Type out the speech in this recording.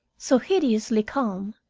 so hideously calm,